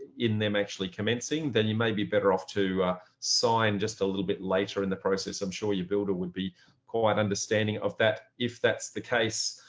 in them actually commencing, then you may be better off to sign just a little bit later in the process. i'm sure your builder would be quite understanding of that, if that's the case.